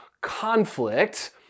conflict